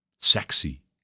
sexy